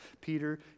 Peter